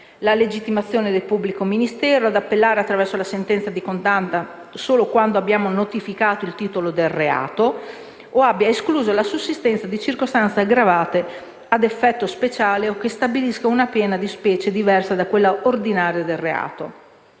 la legittimazione del pubblico ministero ad appellare avverso la sentenza di condanna solo quando abbia modificato il titolo del reato o abbia escluso la sussistenza di una circostanza aggravante a effetto speciale o che stabilisca una pena di specie diversa da quella ordinaria del reato;